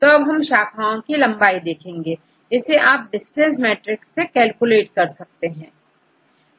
तो अब आप शाखाओं की लंबाई देखेंगे इसे आप डिस्टेंस मैट्रिक्स से कैलकुलेट करेंगे